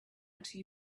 until